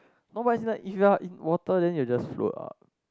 no but as in like if you are in water then you will just float up